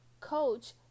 coach